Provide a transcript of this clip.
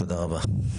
תודה רבה.